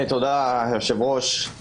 היושב-ראש,